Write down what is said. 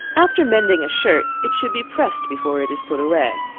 after mending a shirt, it should be pressed before it is put away.